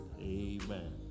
Amen